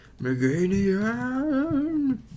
Meganium